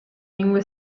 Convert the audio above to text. lingue